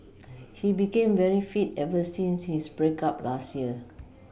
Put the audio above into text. he became very fit ever since his break up last year